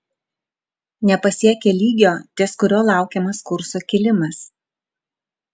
nepasiekė lygio ties kuriuo laukiamas kurso kilimas